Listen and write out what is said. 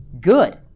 Good